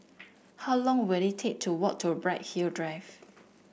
how long will it take to walk to Bright Hill Drive